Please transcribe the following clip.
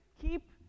keep